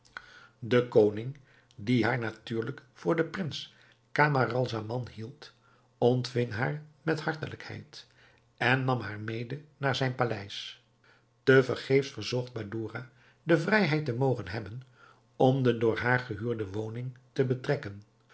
de koning die haar natuurlijk voor den prins camaralzaman hield ontving haar met hartelijkheid en nam haar mede naar zijn paleis te vergeefs verzocht badoura de vrijheid te mogen hebben om de door haar gehuurde woning te betrekken